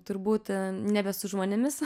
turbūt nebe su žmonėmis